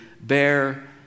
bear